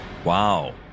Wow